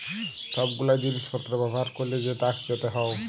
সব গুলা জিলিস পত্র ব্যবহার ক্যরলে যে ট্যাক্স দিতে হউ